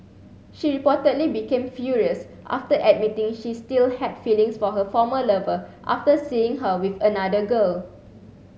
she reportedly became furious after admitting she still had feelings for her former lover after seeing her with another girl